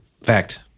Fact